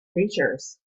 creatures